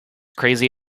crazy